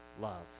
love